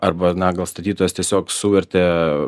arba na gal statytojas tiesiog suvertė